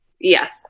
Yes